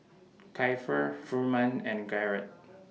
Kiefer Furman and Garrett